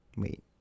wait